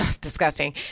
disgusting